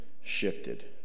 shifted